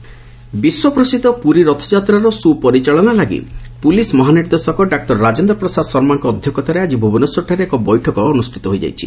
ରଥଯାତ୍ରା ପ୍ରସ୍ତୁତି ବିଶ୍ୱପ୍ରସିଦ୍ଧ ପୁରୀ ରଥଯାତ୍ରାର ସୁ ପରିଚାଳନା ଲାଗି ପୁଲିସ ମହାନିର୍ଦ୍ଦେଶକ ଡାକ୍ତର ରାଜେଦ୍ର ପ୍ରସାଦ ଶର୍ମାଙ୍କ ଅଧ୍ଧକ୍ଷତାରେ ଆକି ଭୁବନେଶ୍ୱରଠାରେ ଏକ ବୈଠକ ଅନୁଷ୍ଠିତ ହୋଇଯାଇଛି